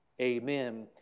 amen